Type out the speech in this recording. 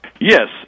Yes